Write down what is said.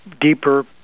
deeper